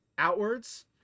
outwards